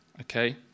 Okay